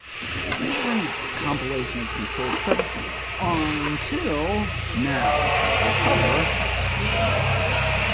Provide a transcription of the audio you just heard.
but there was never any compilation of controlled studies um until now, which we'll cover next.